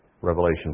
Revelation